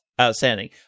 Outstanding